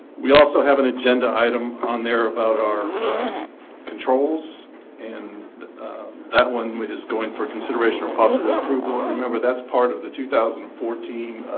we also have an agenda item on there about our controls and that one is going for consideration or possible approval remember that's part of the two thousand and fourteen